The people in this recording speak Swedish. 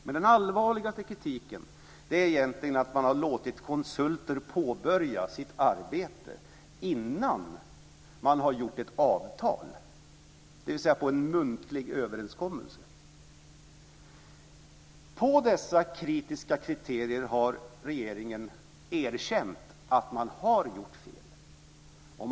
Men den allvarligaste kritiken gäller egentligen att man har låtit konsulter påbörja sitt arbete innan man har gjort ett avtal; dvs. att det byggde på en muntlig överenskommelse. När det gäller dessa kritiska kriterier har regeringen erkänt att man har gjort fel.